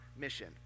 mission